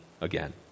again